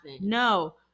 No